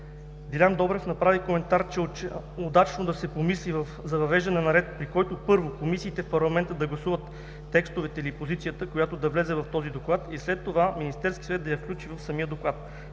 Делян Добрев направи коментар, че е удачно да се помисли за въвеждането на ред, при който, първо, комисиите в парламента да гласуват текстовете или позицията, която да влезе в този доклад, и след това Министерският съвет да я включи в самия доклад.